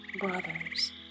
brothers